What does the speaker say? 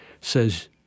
says